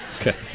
Okay